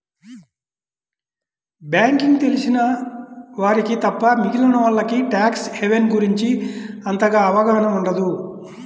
banking తెలిసిన వారికి తప్ప మిగిలినోల్లకి ట్యాక్స్ హెవెన్ గురించి అంతగా అవగాహన ఉండదు